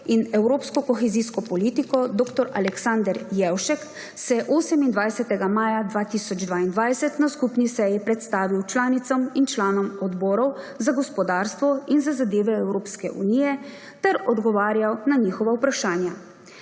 in evropsko kohezijsko politiko, dr. Aleksander Jevšek se je 28. maja 2022 na skupni seji predstavil članicam in članom Odbora za gospodarstvo in Odbora za zadeve Evropske unije ter odgovarjal na njihova vprašanja.